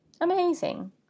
Amazing